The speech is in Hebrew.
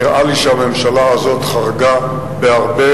נראה לי שהממשלה הזאת חרגה בהרבה,